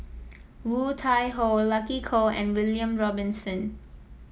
Woon Tai Ho Lucy Koh and William Robinson